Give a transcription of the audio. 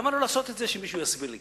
למה לא לעשות את זה, שמישהו יסביר לי?